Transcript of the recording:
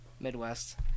Midwest